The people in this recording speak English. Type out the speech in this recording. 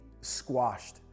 squashed